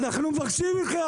אנחנו מבקשים מכם,